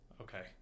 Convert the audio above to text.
okay